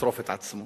לשרוף את עצמו.